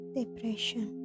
depression